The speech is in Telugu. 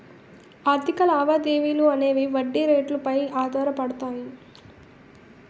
ఆర్థిక లావాదేవీలు అనేవి వడ్డీ రేట్లు పై ఆధారపడతాయి